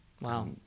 Wow